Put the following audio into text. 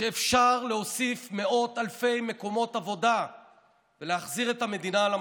שאפשר להוסיף מאות אלפי מקומות עבודה ולהחזיר את המדינה למסלול.